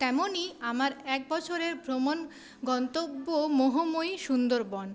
তেমনই আমার এক বছরের ভ্রমণ গন্তব্য মোহময়ী সুন্দরবন